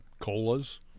colas